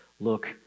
look